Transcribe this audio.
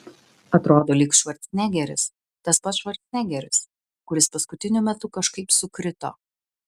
atrodo lyg švarcnegeris tas pats švarcnegeris kuris paskutiniu metu kažkaip sukrito